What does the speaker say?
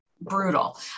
brutal